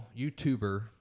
YouTuber